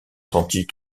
sentit